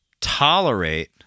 tolerate